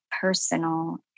personal